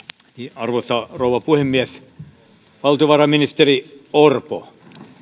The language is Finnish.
arvoisa rouva puhemies valtiovarainministeri orpo